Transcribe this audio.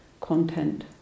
content